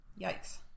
Yikes